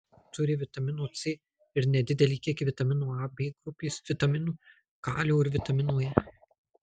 turi vitamino c ir nedidelį kiekį vitamino a b grupės vitaminų kalio ir vitamino e